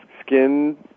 skin